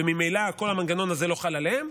וממילא כל המנגנון הזה לא חל עליהם,